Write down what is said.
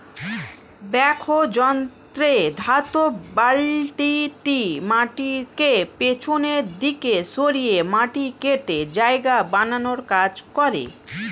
backhoe যন্ত্রে ধাতব বালতিটি মাটিকে পিছনের দিকে সরিয়ে মাটি কেটে জায়গা বানানোর কাজ করে